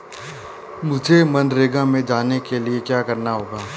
मुझे मनरेगा में जाने के लिए क्या करना होगा?